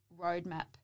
roadmap